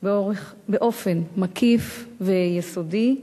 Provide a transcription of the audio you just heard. באופן מקיף ויסודי,